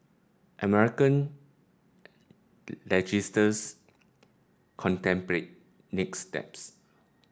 American legislators contemplate nick steps